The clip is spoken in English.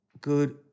good